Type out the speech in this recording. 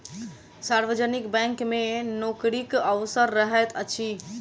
सार्वजनिक बैंक मे नोकरीक अवसर रहैत अछि